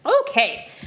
Okay